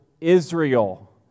israel